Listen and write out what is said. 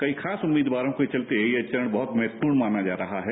कई खास उम्मीदवारों के चलते यह चरण बहत महत्वपूर्ण माना जा रहा है